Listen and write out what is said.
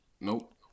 Nope